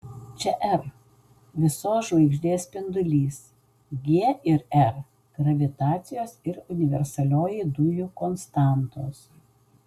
čia r visos žvaigždės spindulys g ir r gravitacijos ir universalioji dujų konstantos